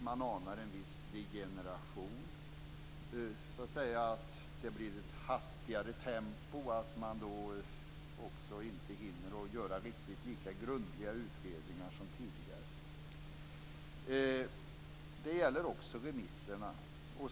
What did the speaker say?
Man anar en viss degeneration. Det blir ett hastigare tempo och man hinner inte göra riktigt lika grundliga utredningar som tidigare. Det gäller också remisserna.